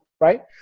Right